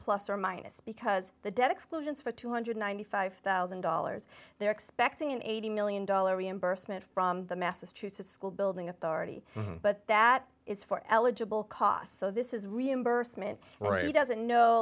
plus or minus because the debt exclusions for two hundred and ninety five thousand dollars they're expecting an eighty million dollars reimbursement from the masses choose to school building authority but that is for eligible costs so this is reimbursement rate doesn't know